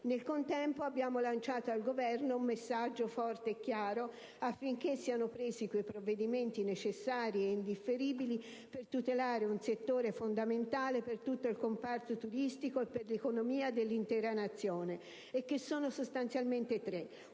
Nel contempo, abbiamo lanciato al Governo un messaggio forte e chiaro affinché siano presi quei provvedimenti necessari e indifferibili per tutelare un settore fondamentale per tutto il comparto turistico e per l'economia dell'intera Nazione e che sono sostanzialmente tre: